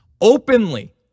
Openly